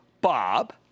Bob